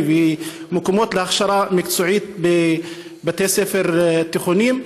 ובמקומות להכשרה מקצועית בבתי ספר תיכוניים.